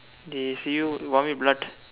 they see you vomit blood